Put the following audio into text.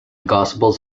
gospels